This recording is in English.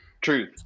truth